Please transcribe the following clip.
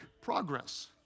progress